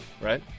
right